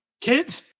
kids